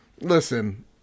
Listen